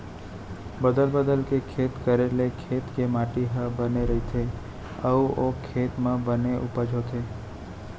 बदल बदल के खेत करे ले खेत के माटी ह बने रइथे अउ ओ खेत म बने उपज होथे